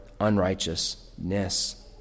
unrighteousness